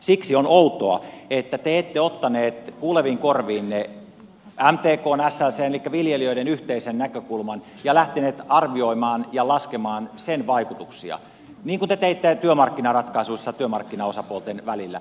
siksi on outoa että te ette ottaneet kuuleviin korviinne mtkn ja slcn elikkä viljelijöiden yhteistä näkökulmaa ja lähteneet arvioimaan ja laskemaan sen vaikutuksia niin kuin te teitte työmarkkinaratkaisuissa työmarkkinaosapuolten välillä